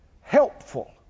helpful